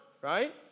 Right